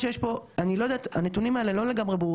כי אם יש פה חבר'ה של סיעוד,